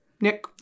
Nick